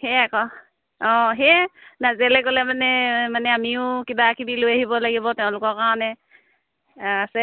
সেয়ে আকৌ অঁ সেয়ে নাজিৰালৈ গ'লে মানে মানে আমিও কিবা কিবি লৈ আহিব লাগিব তেওঁলোকৰ কাৰণে আছে